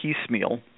piecemeal